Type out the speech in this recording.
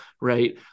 Right